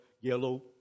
yellow